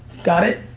got it?